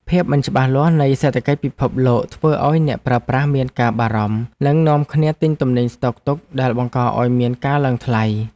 ភាពមិនច្បាស់លាស់នៃសេដ្ឋកិច្ចពិភពលោកធ្វើឱ្យអ្នកប្រើប្រាស់មានការបារម្ភ និងនាំគ្នាទិញទំនិញស្តុកទុកដែលបង្កឱ្យមានការឡើងថ្លៃ។